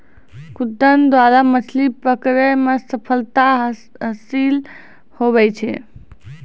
खुद्दन द्वारा मछली पकड़ै मे सफलता हासिल हुवै छै